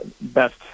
best